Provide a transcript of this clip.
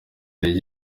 jolly